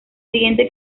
siguiente